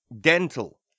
dental